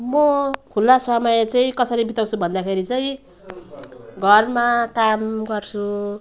म खुल्ला समय चाहिँ कसरी बिताउँछु भन्दाखेरि चाहिँ घरमा काम गर्छु